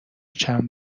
چند